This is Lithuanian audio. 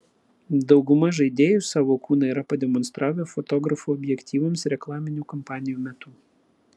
dauguma žaidėjų savo kūną yra pademonstravę fotografų objektyvams reklaminių kampanijų metu